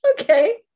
okay